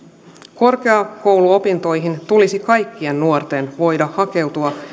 korkeakouluopintoihin tulisi kaikkien nuorten voida hakeutua